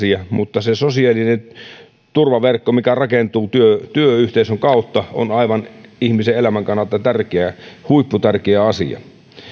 tärkein asia mutta sosiaalinen turvaverkko mikä rakentuu työyhteisön kautta on ihmisen elämän kannalta aivan huipputärkeä asia